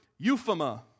euphema